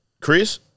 Chris